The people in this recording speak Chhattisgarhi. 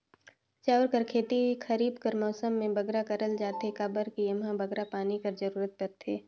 चाँउर कर खेती खरीब कर मउसम में बगरा करल जाथे काबर कि एम्हां बगरा पानी कर जरूरत परथे